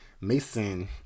mason